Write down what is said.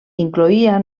incloïa